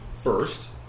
first